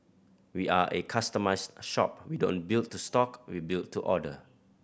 we are a customised shop we don't build to stock we build to order